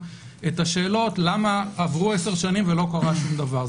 את השאלות למה עברו עשר שנים ולא קרה שום דבר.